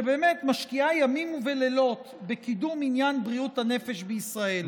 שמשקיעה ימים ולילות בקידום עניין בריאות הנפש בישראל,